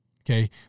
okay